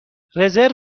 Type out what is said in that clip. رزرو